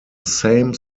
same